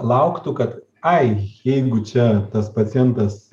lauktų kad ai jeigu čia tas pacientas